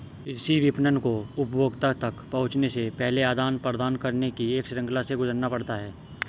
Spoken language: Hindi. कृषि विपणन को उपभोक्ता तक पहुँचने से पहले आदान प्रदान की एक श्रृंखला से गुजरना पड़ता है